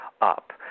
up